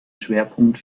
schwerpunkt